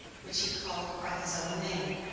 which he called by his own name.